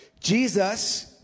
Jesus